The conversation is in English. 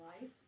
Life